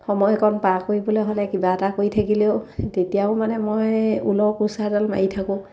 সময়কণ পাৰ কৰিবলৈ হ'লে কিবা এটা কৰি থাকিলেও তেতিয়াও মানে মই ঊলৰ কুৰ্চাডাল মাৰি থাকোঁ